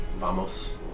vamos